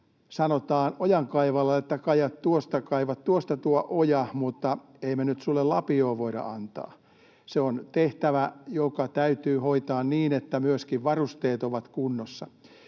sanotaan ojankaivajalle, että ”kaiva tuosta tuo oja, mutta ei me nyt sinulle lapiota voida antaa”. Se on tehtävä, joka täytyy hoitaa niin, että myöskin varusteet ovat kunnossa.